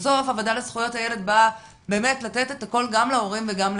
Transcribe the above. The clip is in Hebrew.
בסוף הוועדה לזכויות הילד באה לתת הכול גם להורים וגם לילדים.